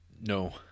No